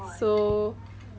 so